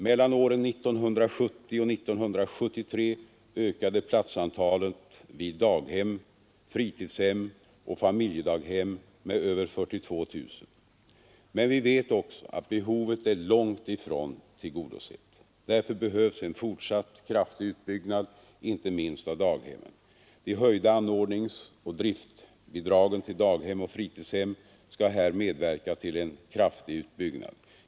Mellan åren 1970 och 1973 ökade platsantalet vid daghem, fritidshem och familjedaghem med över 42 000. Men vi vet också att behovet är långt ifrån tillgodosett. Därför behövs en fortsatt kraftig utbyggnad inte minst av daghemmen. De höjda anordningsoch driftbidragen till daghem och fritidshem skall här medverka till en kraftig utbyggnad.